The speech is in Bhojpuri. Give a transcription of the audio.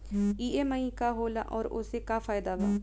ई.एम.आई का होला और ओसे का फायदा बा?